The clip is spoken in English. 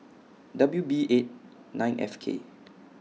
W B eight nine F K